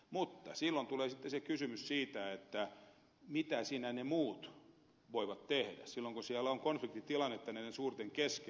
mutta silloin tulee sitten se kysymys siitä mitä siinä ne muut voivat tehdä silloin kun siellä on konfliktitilanne näiden suurten kesken